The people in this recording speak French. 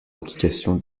application